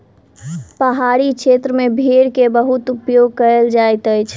पहाड़ी क्षेत्र में भेड़ के बहुत उपयोग कयल जाइत अछि